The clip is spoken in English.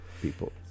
people